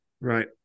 Right